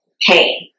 pain